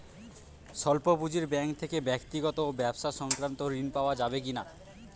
স্বল্প পুঁজির ব্যাঙ্ক থেকে ব্যক্তিগত ও ব্যবসা সংক্রান্ত ঋণ পাওয়া যাবে কিনা?